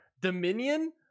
Dominion